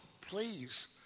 please